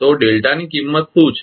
તો ડેલ્ટાની કિંમત શું છે